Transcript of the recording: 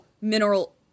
mineral